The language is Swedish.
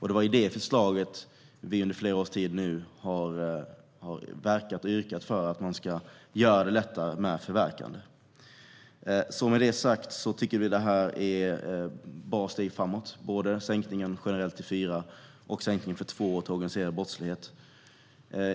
Det är genom det förslaget vi under flera års tid nu har verkat för och yrkat på att man ska göra det lättare med förverkande. Vi tycker att det här är bra steg framåt - både sänkningen generellt till fyra år och sänkningen till två år för organiserad brottslighet.